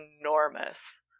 enormous